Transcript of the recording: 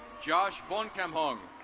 josh vonkenhong,